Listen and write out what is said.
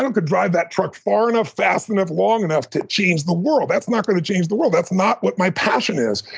could drive that truck far enough, fast enough, long enough to change the world. that's not going to change the world. that's not what my passion is.